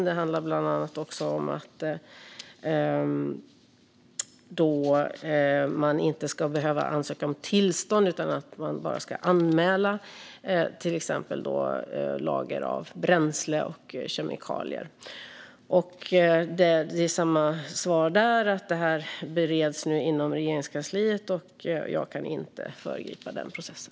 Det handlar bland annat också om att man inte ska behöva ansöka om tillstånd utan att man bara ska anmäla till exempel lager av bränsle och kemikalier. Jag har samma svar där: Det här bereds inom Regeringskansliet, och jag kan inte föregripa processen.